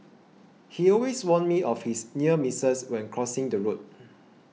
he always warn me of his near misses when crossing the road